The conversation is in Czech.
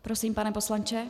Prosím, pane poslanče.